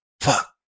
Fuck